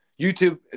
YouTube